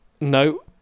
no